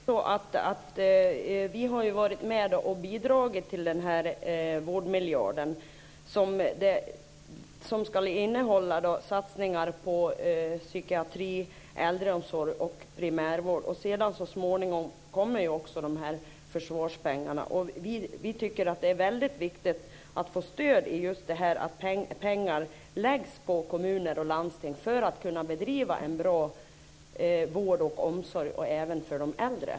Fru talman! Vi har ju varit med och bidragit till vårdmiljarden som ska innehålla satsningar på psykiatri, äldreomsorg och primärvård. Så småningom kommer ju också försvarspengarna. Vi tycker att det är viktigt att få stöd för att pengar läggs på kommuner och landsting så att man ska kunna bedriva en bra vård och omsorg även för de äldre.